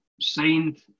signed